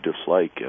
dislike